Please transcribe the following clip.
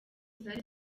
zari